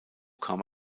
kam